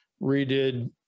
redid